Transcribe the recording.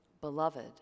beloved